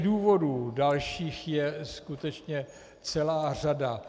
Důvodů dalších je skutečně celá řada.